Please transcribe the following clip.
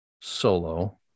Solo